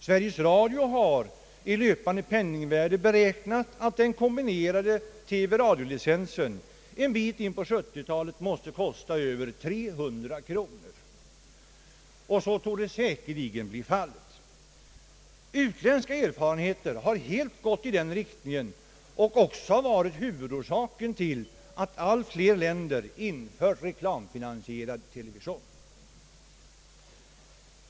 Sveriges Radio har i löpande penningvärde beräknat att den kombinerade TV-radio-licensen en bit in på 1970-talet måste kosta över 300 kronor, och så torde säkerligen bli fallet. Utländska erfarenheter har helt gått i den riktningen, och det har också varit orsaken till att allt flera länder infört reklamfinansierad television.